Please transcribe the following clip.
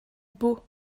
beau